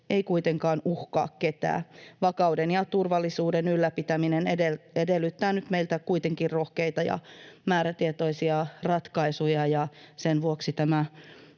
ei kuitenkaan uhkaa ketään. Vakauden ja turvallisuuden ylläpitäminen edellyttää nyt meiltä kuitenkin rohkeita ja määrätietoisia ratkaisuja, ja sen vuoksi tämä